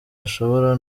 ashobora